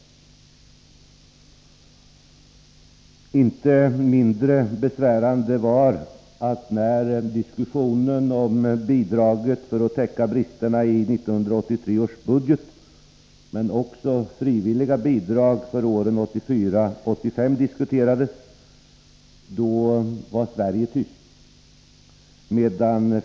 Inte mindre besvärande var att när bidraget för att täcka bristerna i 1983 års budget och frivilliga bidrag för åren 1984-1985 diskuterades var Sverige tyst.